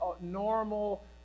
normal